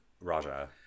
Raja